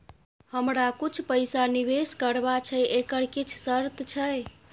हमरा कुछ पैसा निवेश करबा छै एकर किछ शर्त छै?